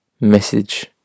message